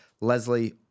leslie